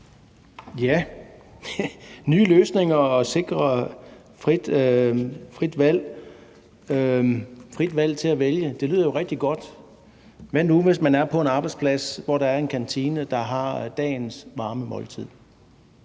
Nye løsninger og at sikre frit valg – det lyder jo rigtig godt. Hvad nu, hvis man er på en arbejdsplads, hvor der er en kantine, der har dagens varme måltid,